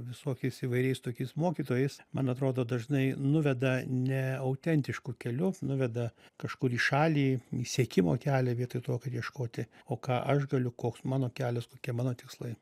visokiais įvairiais tokiais mokytojais man atrodo dažnai nuveda ne autentišku keliu nuveda kažkur į šalį į siekimo kelią vietoj to kad ieškoti o ką aš galiu koks mano kelias kokie mano tikslai